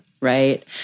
Right